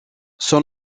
son